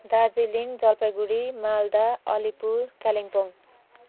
Darjeeling Jalpaiguri Malda Alipur Kalimpong